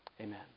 Amen